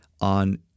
on